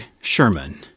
Sherman